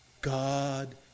God